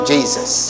jesus